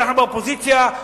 אנחנו באופוזיציה,